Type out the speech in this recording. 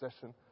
session